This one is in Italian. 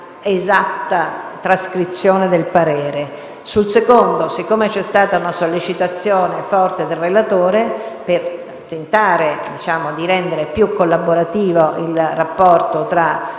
dell'esatta trascrizione del parere. Sul secondo, siccome c'è stata una sollecitazione forte del relatore, per tentare di rendere più collaborativo il rapporto tra